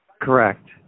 correct